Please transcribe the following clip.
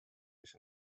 mis